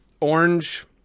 orange